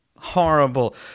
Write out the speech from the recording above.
Horrible